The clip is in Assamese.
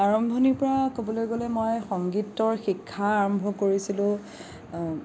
আৰম্ভণিৰ পৰা ক'বলৈ গ'লে মই সংগীতৰ শিক্ষা আৰম্ভ কৰিছিলোঁ